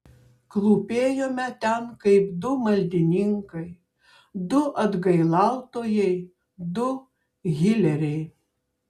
klūpėjome ten kaip du maldininkai du atgailautojai du hileriai